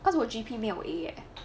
cause 我 G_P 没有 a leh